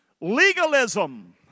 Legalism